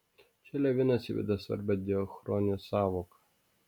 čia levinas įveda svarbią diachronijos sąvoką